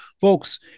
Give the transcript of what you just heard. Folks